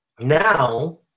now